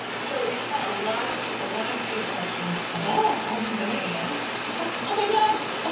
so we've had a lot of ah lot of good questions come in. oh, i haven't even like and oh my gosh! ah